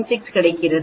96 கிடைக்கிறது